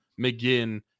McGinn